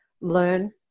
learn